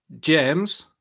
James